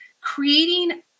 creating